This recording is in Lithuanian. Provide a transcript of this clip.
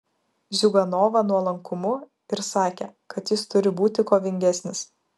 ziuganovą nuolankumu ir sakė kad jis turi būti kovingesnis